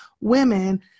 women